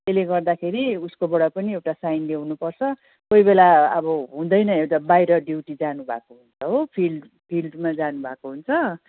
त्यसले गर्दाखेरि उसकोबाट पनि एउटा साइन ल्याउनुपर्छ कोहीबेला अब हुँदैन यता बाहिर ड्युटी जानुभएको हुन्छ हो फिल्ड फिल्डमा जानुभएको हुन्छ